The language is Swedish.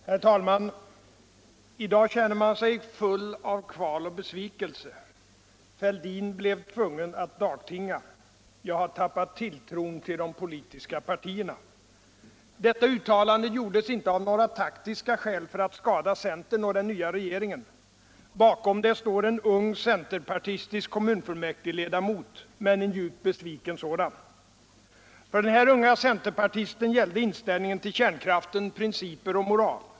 Herr talman! ”I dag känner man sig full av kval och besvikelse. Fälldin blev tvungen alt dagtinga. -—- Jag har tappat ulltron till de politiska partierna. ” Detta uttalande gjordes inte av några taktiska skäl för att skada centern och den nya regeringen. Bakom det står en ung centerpartistisk kommunfullmäktigeledamot. Men en djupt besviken sådan. För den här unge centerpartisten gällde inställningen ull kärnkraften principer och moral.